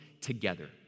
together